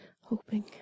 hoping